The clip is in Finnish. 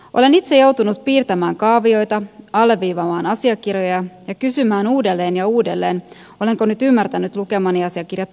olen itse joutunut piirtämään kaavioita alleviivaamaan asiakirjoja ja kysymään uudelleen ja uudelleen olenko nyt ymmärtänyt lukemani asiakirjat oikein